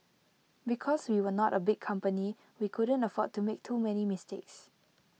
because we were not A big company we couldn't afford to make too many mistakes